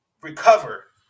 recover